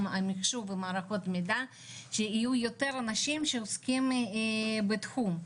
המחשוב ומערכות מידע שיהיו יותר אנשים שעוסקים בתחום.